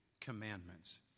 commandments